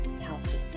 healthy